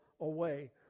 away